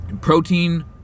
Protein